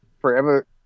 forever